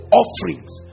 offerings